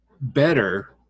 better